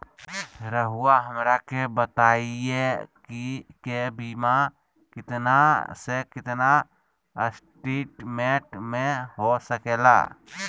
रहुआ हमरा के बताइए के बीमा कितना से कितना एस्टीमेट में हो सके ला?